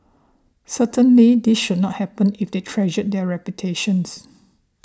certainly that should not happen if they treasure their reputation